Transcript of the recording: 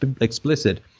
explicit